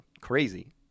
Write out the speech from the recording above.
crazy